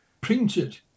printed